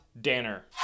Danner